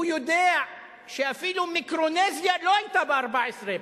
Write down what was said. הוא יודע שאפילו מיקרונזיה לא היתה ב-14,